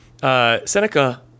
Seneca